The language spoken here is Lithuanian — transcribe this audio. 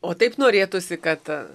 o taip norėtųsi kad a